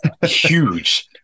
huge